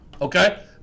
okay